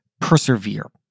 persevere